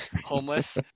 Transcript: Homeless